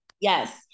Yes